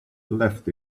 left